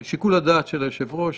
שיקול הדעת של היושב-ראש,